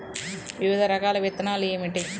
వివిధ రకాల విత్తనాలు ఏమిటి?